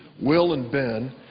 will and ben,